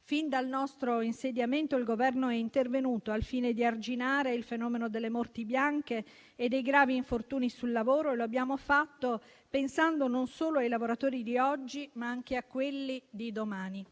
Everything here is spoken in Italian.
Fin dal nostro insediamento, il Governo è intervenuto al fine di arginare il fenomeno delle morti bianche e dei gravi infortuni sul lavoro. Lo abbiamo fatto pensando non solo ai lavoratori di oggi, ma anche a quelli di domani,